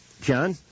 John